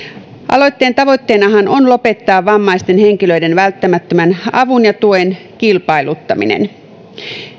aloitteen tavoitteenahan on lopettaa vammaisten henkilöiden välttämättömän avun ja tuen kilpailuttaminen